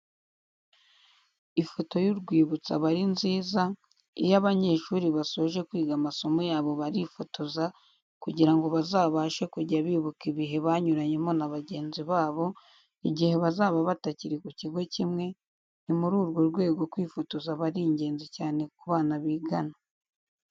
Ifoto y'urwibutso aba ari nziza, iyo abanyeshuri basoje kwiga amasomo yabo, barifotoza kugira ngo bazabashe kujya bibuka ibihe banyuranyemo na bagenzi babo, igihe bazaba batakiri ku kigo kimwe, ni muri urwo rwego kwifotoza aba ari ingenzi cyane ku bana bigana.